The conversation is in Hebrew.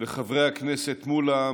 ולחברי הכנסת מולא,